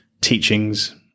teachings